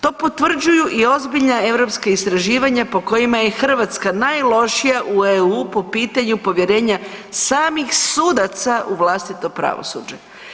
To potvrđuju i ozbiljna europska istraživanja po kojima je Hrvatska najlošija u EU po pitanju povjerenja samih sudaca u vlastito pravosuđe.